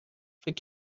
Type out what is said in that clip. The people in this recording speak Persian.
فکر